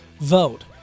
vote